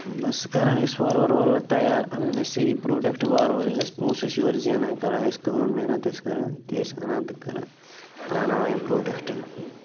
بَس کران ٲسۍ وارٕ وارٕ وارٕ وارٕ تیار اَنان ٲسۍ سٲری پرٛوڈکٹ وارٕ وارٕ ییٚلہِ أسۍ پونٛسہٕ ٲسۍ یورٕ زینان کران ٲسۍ کٲم محنت ٲسۍ کران أتی ٲسۍ اَنان تہٕ کران ترٛاناوان یِم پرٛوڈکٹ